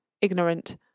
ignorant